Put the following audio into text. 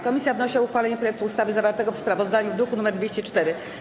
Komisja wnosi o uchwalenie projektu ustawy zawartego w sprawozdaniu z druku nr 204.